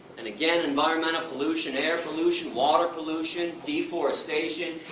and again, environmental pollution, air pollution, water pollution, deforestation,